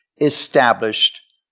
established